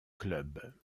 clubs